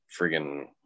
friggin